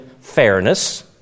fairness